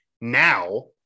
now